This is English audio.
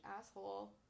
asshole